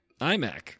iMac